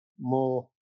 more